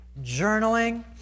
journaling